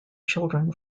children